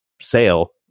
sale